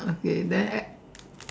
okay then